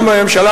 גם בממשלה,